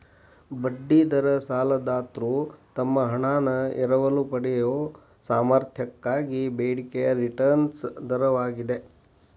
ಬಡ್ಡಿ ದರ ಸಾಲದಾತ್ರು ತಮ್ಮ ಹಣಾನ ಎರವಲು ಪಡೆಯಯೊ ಸಾಮರ್ಥ್ಯಕ್ಕಾಗಿ ಬೇಡಿಕೆಯ ರಿಟರ್ನ್ ದರವಾಗಿದೆ